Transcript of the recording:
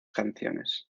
canciones